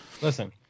Listen